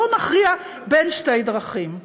בואו נכריע בין שתי דרכים.